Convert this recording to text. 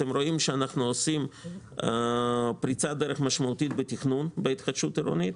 אתם רואים שאנחנו עושים פריצת דרך משמעותית בתכנון בהתחדשות עירונית.